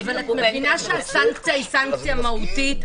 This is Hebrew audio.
שייקבעו בהתאם --- את מבינה שהסנקציה היא סנקציה מהותית?